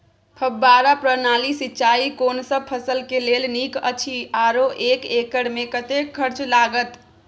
फब्बारा प्रणाली सिंचाई कोनसब फसल के लेल नीक अछि आरो एक एकर मे कतेक खर्च लागत?